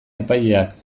epaileak